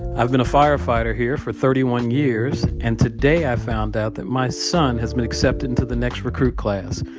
i've been a firefighter here for thirty one years. and today i found out that my son has been accepted into the next recruit class.